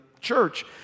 church